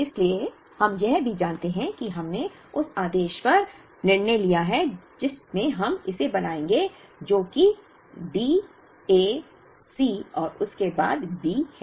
इसलिए हम यह भी जानते हैं कि हमने उस आदेश पर निर्णय लिया है जिसमें हम इसे बनाएंगे जो कि D A C और उसके बाद B है